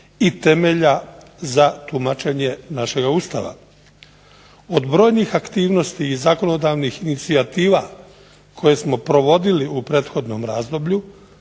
i temelja za tumačenje našega Ustava. Od brojnih aktivnosti i zakonodavnih inicijativa koje smo provodili u prethodnom razdoblju